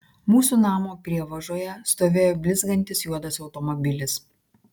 mūsų namo prievažoje stovėjo blizgantis juodas automobilis